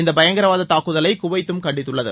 இந்த பயங்கரவாத தாக்குதலை குவைத்தும் கண்டித்துள்ளது